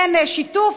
אין שיתוף,